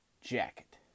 jacket